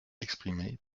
exprimées